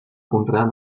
conrear